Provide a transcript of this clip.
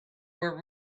were